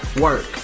work